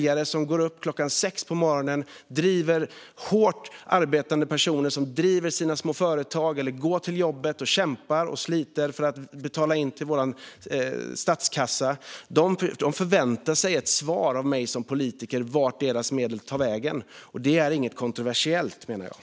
Bland mina väljare finns hårt arbetande personer som går upp klockan sex på morgonen, driver sina små företag eller går till jobbet och kämpar och sliter för att betala in pengar till vår statskassa. De förväntar sig svar av mig som politiker på vart deras medel tar vägen. Det är inget kontroversiellt, menar jag.